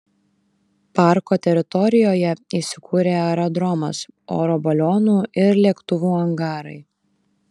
parko teritorijoje įsikūrė aerodromas oro balionų ir lėktuvų angarai